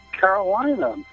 Carolina